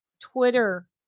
Twitter